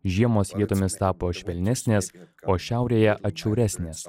žiemos vietomis tapo švelnesnės o šiaurėje atšiauresnės